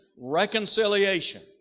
reconciliation